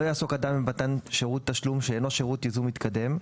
לא יעסוק אדם במתן שירות תשלום שאינו שירות ייזום מתקדם,